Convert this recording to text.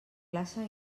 classe